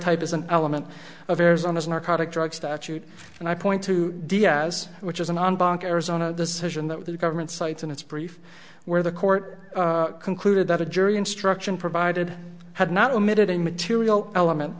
type is an element of arizona's narcotic drugs statute and i point to diaz which is a non bank arizona decision that the government sites in its brief where the court concluded that a jury instruction provided had not omitted a material element